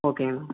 ஓகேங்கண்ணா